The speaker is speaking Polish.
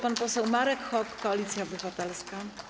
Pan poseł Marek Hok, Koalicja Obywatelska.